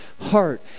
heart